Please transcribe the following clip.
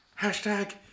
Hashtag